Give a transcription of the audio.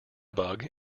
bug